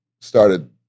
started